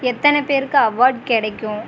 எத்தனை பேருக்கு அவார்ட் கிடைக்கும்